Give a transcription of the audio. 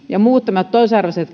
ja näistä muista toisarvoisista